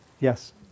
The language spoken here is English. Yes